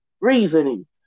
reasoning